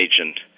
agent